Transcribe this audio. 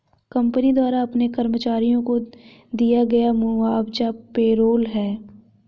company द्वारा अपने कर्मचारियों को दिया गया मुआवजा पेरोल है